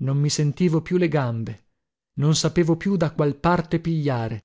non mi sentivo più le gambe non sapevo più da qual parte pigliare